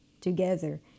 together